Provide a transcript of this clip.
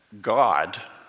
God